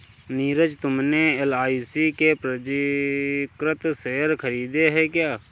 नीरज तुमने एल.आई.सी के पंजीकृत शेयर खरीदे हैं क्या?